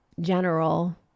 general